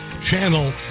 channel